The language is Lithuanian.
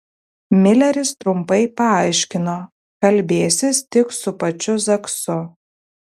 mileris trumpai paaiškino kalbėsis tik su pačiu zaksu